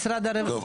משרד הרווחה -- טוב,